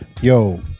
Yo